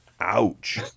ouch